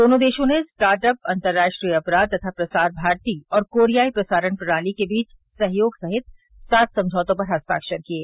दोनों देशों ने स्टार्ट अप अंतर्राष्ट्रीय अपराध तथा प्रसार भारती और कोरियाई प्रसारण प्रणाली के बीच सहयोग सहित सात समझौतों पर हस्ताक्षर किये